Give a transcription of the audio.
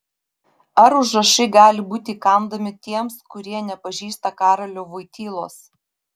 ar užrašai gali būti įkandami tiems kurie nepažįsta karolio voitylos